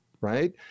right